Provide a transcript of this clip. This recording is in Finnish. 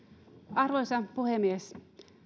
arvoisa puhemies